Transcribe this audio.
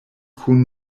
kun